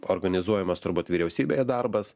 organizuojamas turbūt vyriausybėje darbas